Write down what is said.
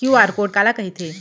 QR code काला कहिथे?